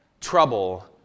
Trouble